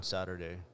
Saturday